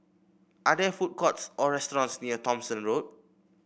are there food courts or restaurants near Thomson Road